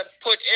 put